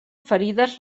ferides